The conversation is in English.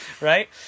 right